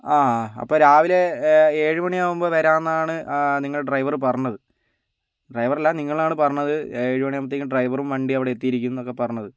ആ അപ്പോൾ രാവിലെ ഏഴുമണി ആവുമ്പോൾ വരാമെന്നാണ് നിങ്ങളെ ഡ്രൈവറ് പറഞ്ഞത് ഡ്രൈവറല്ല നിങ്ങളാണ് പറഞ്ഞത് ഏഴു മണിയാവുമ്പോഴത്തേക്കും ഡ്രൈവറും വണ്ടിയും അവിടെ എത്തിയിരിക്കും എന്നൊക്കെ പറഞ്ഞത്